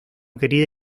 querida